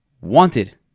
wanted